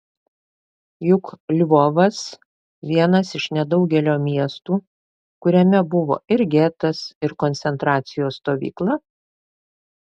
juk lvovas vienas iš nedaugelio miestų kuriame buvo ir getas ir koncentracijos stovykla